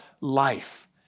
life